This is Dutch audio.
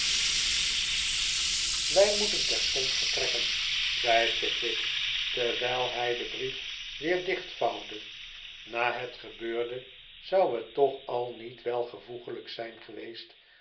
wij moeten terstond vertrekkeh zei pickwick terwijl hij den brief weer dichtvouwde na het gebeurde zou het toch al niet welvoeglijk zijn geweest